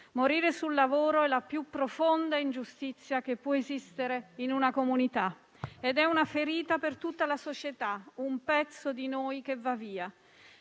Morire sul lavoro è la più profonda ingiustizia che può esistere in una comunità, ed è una ferita per tutta la società, un pezzo di noi che va via.